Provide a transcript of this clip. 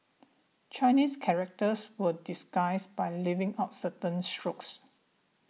Chinese characters were disguised by leaving out certain strokes